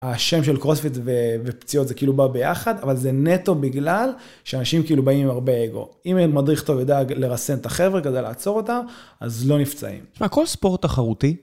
השם של קרוספיט ופציעות זה כאילו בא ביחד, אבל זה נטו בגלל שאנשים כאילו באים עם הרבה אגו. אם מדריך טוב ידאג לרסן את החבר'ה כדי לעצור אותם, אז לא נפצעים. מה, כל ספורט תחרותי?